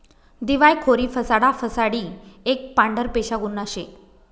दिवायखोरी फसाडा फसाडी एक पांढरपेशा गुन्हा शे